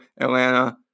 Atlanta